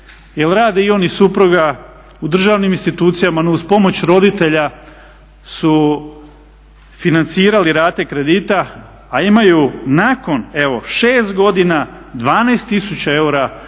rade i on i supruga u državnim institucijama no uz pomoć roditelja su financirali rate kredita a imaju nakon evo 6 godina 12 tisuća eura više kredita.